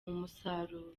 musaruro